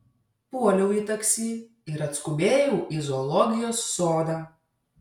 puoliau į taksi ir atskubėjau į zoologijos sodą